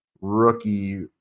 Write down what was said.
rookie